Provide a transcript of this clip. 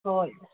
ꯍꯣꯏ